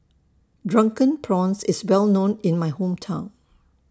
Drunken Prawns IS Well known in My Hometown